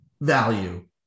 value